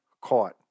caught